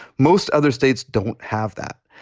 most other states don't have that.